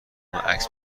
عکس